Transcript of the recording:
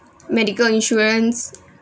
medical insurance